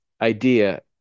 idea